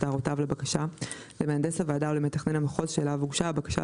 הערותיו לבקשה למהנדס הוועדה או למתכנן המחוז שאליו הוגשה הבקשה,